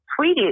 tweeted